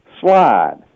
slide